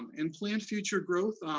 um and planned future growth,